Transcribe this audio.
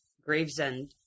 Gravesend